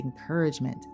encouragement